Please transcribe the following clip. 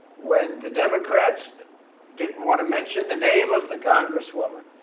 when the democrats didn't want to mention the name of the congresswoman,